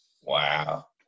Wow